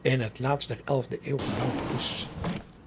in het laatst der elfde euw gebouwd is